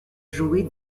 jouer